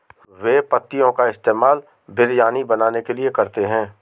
बे पत्तियों का इस्तेमाल बिरयानी बनाने के लिए करते हैं